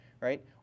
right